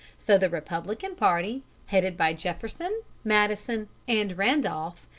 so the republican party, headed by jefferson, madison, and randolph,